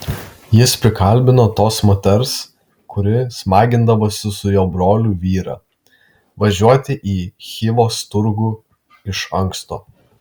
jis prikalbino tos moters kuri smagindavosi su jo broliu vyrą važiuoti į chivos turgų iš anksto